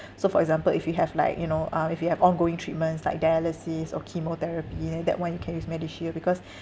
so for example if you have like you know uh if you have ongoing treatments like dialysis or chemotherapy then that [one] you can use medishield because